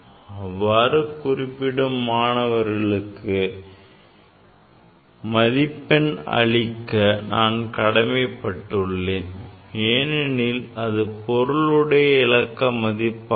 அவ்வாறு குறிப்பிடும் மாணவர்களுக்கு மதிப்பெண் அளிக்க நான் கடமைப்பட்டுள்ளேன் ஏனெனில் அது பொருளுடையவிலக்க மதிப்பாகும்